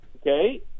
okay